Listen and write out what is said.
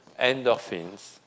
endorphins